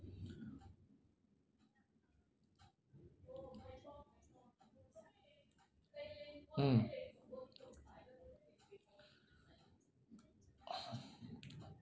mm